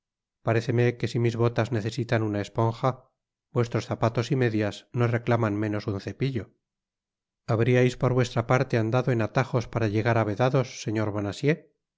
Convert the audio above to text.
paréceme que si mis botas necesitan una esponja vuestros zapatos y medias no reclaman menos un cepillo habriais por vuestra parte andado en atajos para llegar á vedados señor bonacieux